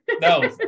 No